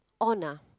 honor